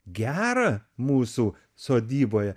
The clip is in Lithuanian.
gera mūsų sodyboje